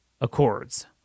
Accords